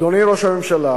אדוני ראש הממשלה,